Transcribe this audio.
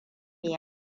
yi